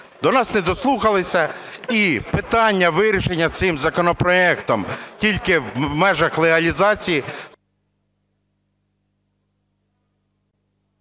до нас не дослухалися. І питання вирішення цим законопроектом тільки в межах легалізації...